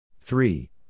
three